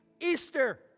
Easter